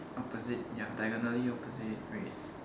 opposite ya diagonally opposite red